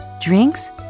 drinks